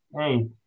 Eight